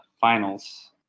finals